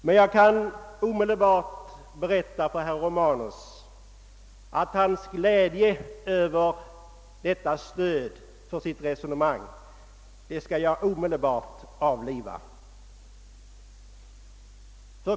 Men herr Romanus” glädje över detta stöd för sitt resonemang skall jag omedelbart avliva.